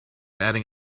adding